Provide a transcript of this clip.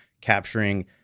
capturing